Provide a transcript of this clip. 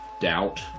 doubt